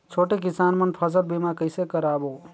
छोटे किसान मन फसल बीमा कइसे कराबो?